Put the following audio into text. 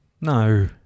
No